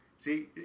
See